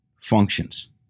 functions